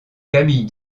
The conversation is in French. camille